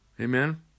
Amen